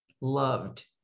loved